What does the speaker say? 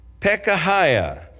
Pekahiah